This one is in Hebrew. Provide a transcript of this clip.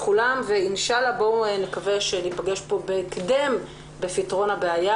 נקווה שניפגש בהקדם לפתרון הבעיה.